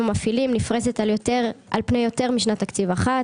נפתחו התחייבויות הנפרסות ליותר משנת תקציב אחת.